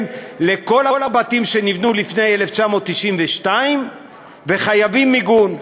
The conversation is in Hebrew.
לכל הבתים שנבנו לפני 1992 וחייבים מיגון.